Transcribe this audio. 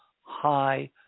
high